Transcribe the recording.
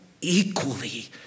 equally